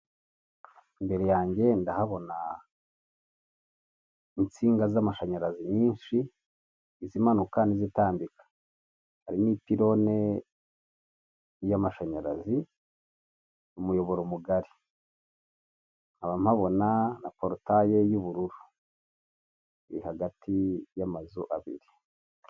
Imbere yanjye ndahabona insinga z'amashanyarazi nyinshi, izimanuka n'izitambika, hari n'ipirone y'amashanyarazi ku umuyoboro mugari, nkaba mpabona na porotaye y'ubururu iri hagati y'amazu abiri.